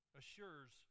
assures